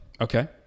Okay